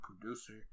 producer